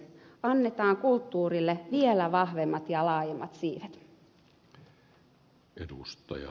annetaan kulttuurille vielä vahvemmat ja laajemmat siivet